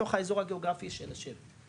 בתוך האזור הגאוגרפי של השבט,